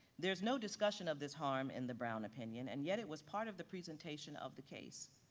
there's no discussion of this harm in the brown opinion and yet it was part of the presentation of the case.